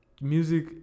music